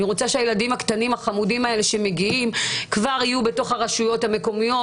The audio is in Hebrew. אני רוצה שהילדים הקטנים שמגיעים כבר יהיו בתוך הרשויות המקומיות,